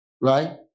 right